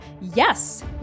Yes